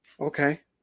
Okay